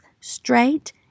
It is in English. straight